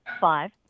Five